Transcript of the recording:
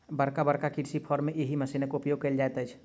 बड़का बड़का कृषि फार्म मे एहि मशीनक उपयोग कयल जाइत अछि